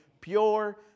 pure